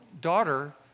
daughter